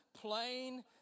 plain